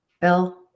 bill